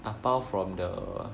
dabao from the